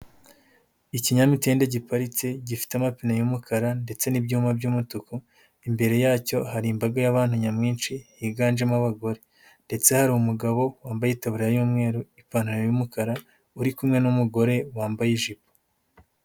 Ikinyamitende giparitse, gifite amapine y'umukara ndetse n'ibyuma by'umutuku, imbere yacyo hari imbaga y'abantu nyamwinshi, higanjemo abagore. Ndetse hari umugabo wambaye itaburiya y'umweru, ipantaro y'umukara, uri kumwe n'umugore wambaye ijipo.